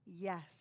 Yes